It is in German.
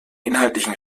inhaltlichen